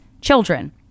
children